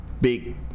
big